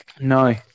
No